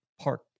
park